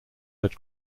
had